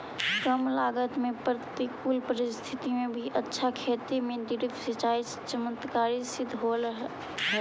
कम लागत में प्रतिकूल परिस्थिति में भी अच्छा खेती में ड्रिप सिंचाई चमत्कारी सिद्ध होल हइ